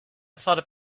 thought